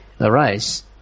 arise